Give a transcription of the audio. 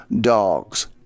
dogs